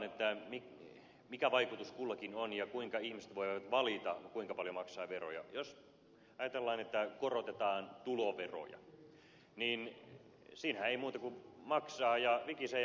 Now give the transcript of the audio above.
jos katsotaan mikä vaikutus kullakin on ja kuinka ihmiset voivat valita kuinka paljon maksavat veroja niin jos ajatellaan että korotetaan tuloveroja niin siinähän ei muuta kuin vikisee ja maksaa